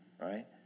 right